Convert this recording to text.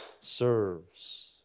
serves